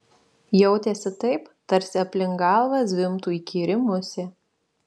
jautėsi taip tarsi aplink galvą zvimbtų įkyri musė